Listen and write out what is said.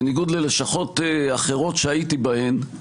בניגוד ללשכות אחרות שהייתי בהן,